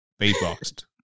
beatboxed